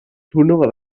turnuva